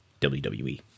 WWE